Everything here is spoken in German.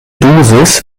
dosis